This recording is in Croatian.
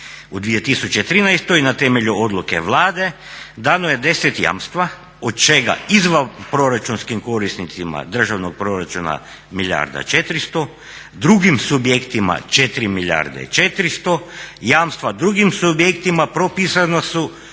U 2013. na temelju odluke Vlade dano je 10 jamstva od čega izvanproračunskim korisnicima državnog proračuna milijarda i 400, drugim subjektima 4 milijarde i 400, jamstva drugim subjektima propisana su